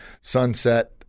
sunset